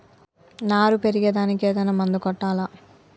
నారు పెరిగే దానికి ఏదైనా మందు కొట్టాలా?